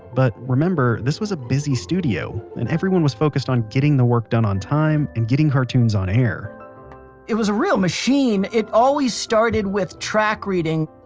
but remember, this was a busy studio, and everyone was focused on getting the work done on time, and getting cartoons on air it was a real machine. it always started with track reading,